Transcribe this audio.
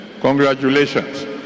Congratulations